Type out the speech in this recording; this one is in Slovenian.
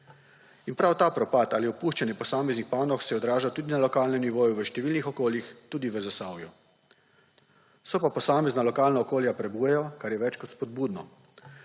In prav ta propad ali opuščanje posameznih panog se odraža tudi na lokalnem nivoju v številnih okoljih, tudi v Zasavju. Se pa posamezna lokalna okolja prebujajo, kar je več kot spodbudno.